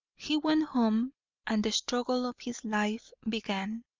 he went home and the struggle of his life began.